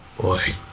boy